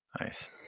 Nice